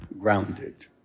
grounded